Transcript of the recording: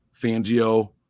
Fangio